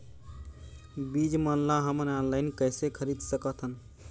बीज मन ला हमन ऑनलाइन कइसे खरीद सकथन?